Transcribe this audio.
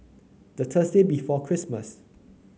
the Thursday before Christmas